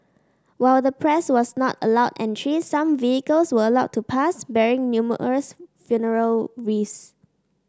while the press was not allowed entry some vehicles were allowed to pass bearing numerous funeral wreaths